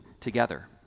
together